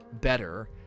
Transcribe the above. better